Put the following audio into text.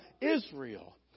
Israel